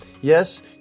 Yes